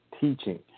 teaching